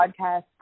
podcast